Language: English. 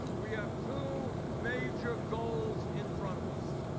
we have two major goals in front of us.